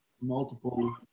multiple